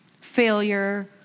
Failure